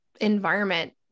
environment